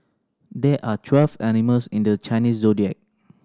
there are twelve animals in the Chinese Zodiac